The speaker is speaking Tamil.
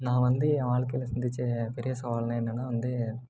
நான் வந்து என் வாழ்க்கைல சந்தித்த பெரிய சவால்னால் என்னென்னா வந்து